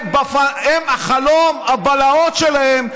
בחלומות שלהם,